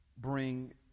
bring